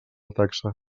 taxa